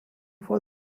for